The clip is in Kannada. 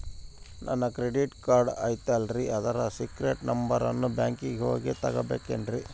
ನನ್ನ ಕ್ರೆಡಿಟ್ ಕಾರ್ಡ್ ಐತಲ್ರೇ ಅದರ ಸೇಕ್ರೇಟ್ ನಂಬರನ್ನು ಬ್ಯಾಂಕಿಗೆ ಹೋಗಿ ತಗೋಬೇಕಿನ್ರಿ?